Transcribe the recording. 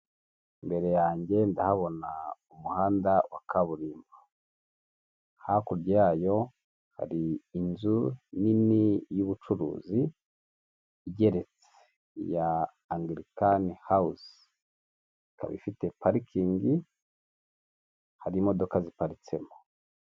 Imbere yanjye ndahabona umuhanda wa kaburimbo, hakurya yayo hari inzu nini y'ubucuruzi igeretse, iya anglikani hawuzi, ikaba ifite parikingi hari imodoka ziparitsemo.